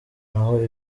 naho